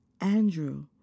Andrew